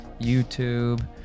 youtube